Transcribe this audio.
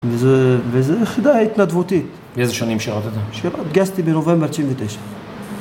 וזה, וזה יחידה ההתנדבותית. ואיזה שנים שירתת? שירתתי התגייסתי בנובמבר 99'.